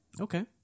okay